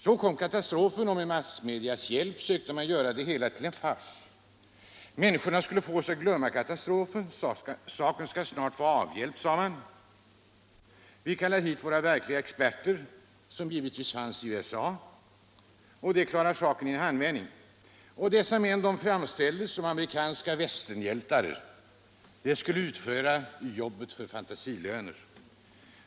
Så kom katastrofen, och med massmedias hjälp sökte man göra det hela till en fars. Människorna skulle fås att glömma katastrofen. Saken skall snart vara avhjälpt, sade man, för vi kallar dit våra verkliga experter, och de klarar den i en handvändning. Experterna fanns givetvis att söka i USA. Dessa män, som framställdes som amerikanska Västernhjältar, skulle utföra jobbet för fantasilöner.